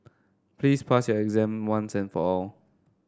please pass your exam once and for all